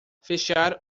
fechar